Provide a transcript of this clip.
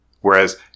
whereas